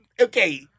Okay